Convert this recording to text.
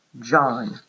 John